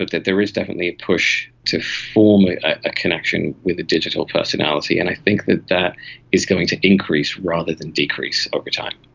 there is definitely a push to form a connection with the digital personality, and i think that that is going to increase rather than decrease over time.